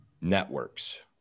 networks